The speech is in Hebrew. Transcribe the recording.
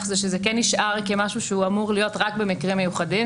שזה כן נשאר כמשהו שהוא אמור להיות רק במקרים מיוחדים,